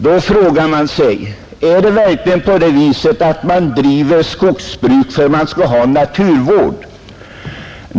Då kan man fråga sig: Är det verkligen på det viset, att skogsbruket bedrivs för naturvårdens skull?